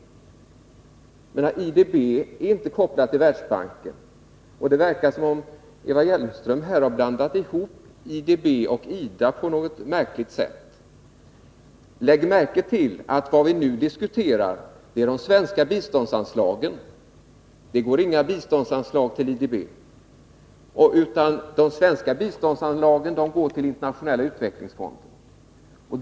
Men IDB är inte kopplad till Världsbanken. Det verkar som om Eva Hjelmström har blandat ihop IDB och IDA på ett märkligt sätt. Lägg märke till att vi nu diskuterar de svenska biståndsanslagen. Det går inga biståndsanslag till IDB, utan de svenska biståndsanstagen går till Internationella utvecklingsfonden.